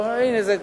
נא לסיים.